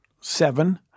seven